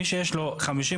מי שיש לו 50%,